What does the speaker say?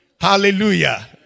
Hallelujah